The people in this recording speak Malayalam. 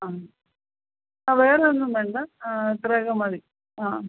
ആ അ വേറെ ഒന്നും വേണ്ട ഇത്രയൊക്കെ മതി അ